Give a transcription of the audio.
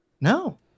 No